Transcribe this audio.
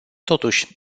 totuși